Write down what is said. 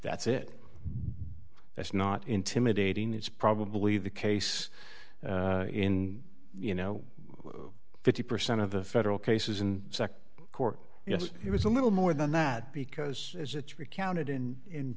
that's it that's not intimidating that's probably the case in you know fifty percent of the federal cases in court yes it was a little more than that because as it's recounted in in